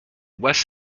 west